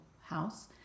house